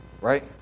Right